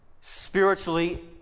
spiritually